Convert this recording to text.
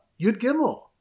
Yud-Gimel